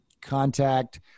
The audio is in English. contact